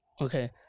Okay